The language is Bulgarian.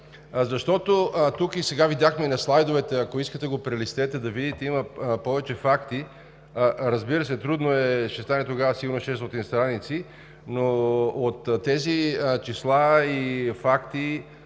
защото тук видяхме, а и на слайдовете – ако искате го прелистете да видите, да има повече факти. Разбира се, трудно е, ще стане тогава сигурно 600 страници, но от тези числа и факти